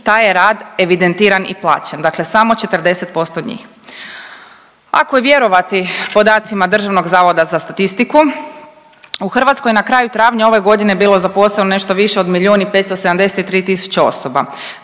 taj je rad evidentiran i plaćen, dakle samo 40% njih. Ako je vjerovati podacima DZS-a u Hrvatskoj je na kraju travnja ove godine bilo zaposleno nešto više od 1 573 000 osoba.